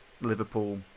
Liverpool